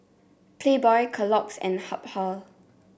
Playboy Kellogg's and Habhal